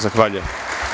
Zahvaljujem.